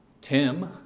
Tim